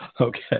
Okay